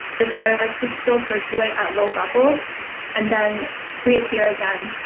this virus could still circulate at low levels and then reappear again,